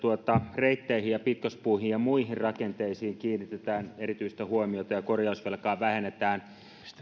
reitteihin ja pitkospuihin ja muihin rakenteisiin kiinnitetään erityistä huomiota ja korjausvelkaa vähennetään